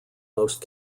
most